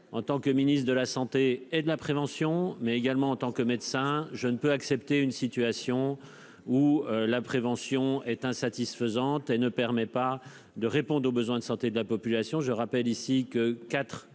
En tant que ministre de la santé et de la prévention, mais aussi en tant que médecin, je ne peux accepter une situation où le manque de prévention ne permet pas de répondre aux besoins de santé de la population